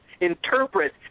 interpret